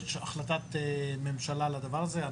יש החלטת ממשלה לדבר הזה.